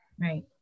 Right